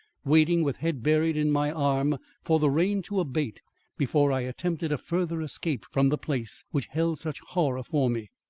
waiting with head buried in my arm for the rain to abate before i attempted a further escape from the place which held such horror for me!